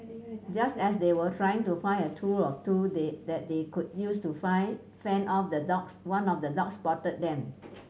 just as they were trying to find a tool or two they that they could use to find fend off the dogs one of the dogs spotted them